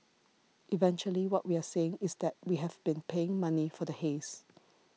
eventually what we are saying is that we have been paying money for the haze